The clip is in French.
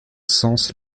sens